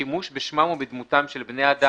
שימוש בשמם או בדמותם של בני אדם,